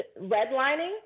Redlining